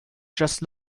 just